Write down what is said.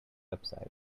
website